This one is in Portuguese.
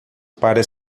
para